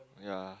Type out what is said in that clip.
ya